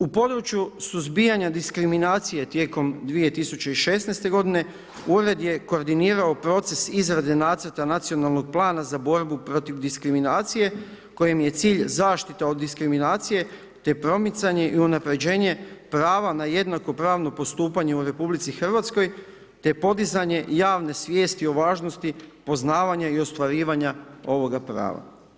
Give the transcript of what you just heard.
U području suzbijanja diskriminacije tijekom 2016. g. ured je koordinirao proces izrade nacrta nacionalnog plana za borbu protiv diskriminacije, kojemu je cilj zaštita od diskriminacije, te promicanje i unapređenje prava na jednako pravno postupanje u RH, te je podizanje javne svijesti važnosti poznavanja i ostvarivanja ovoga prava.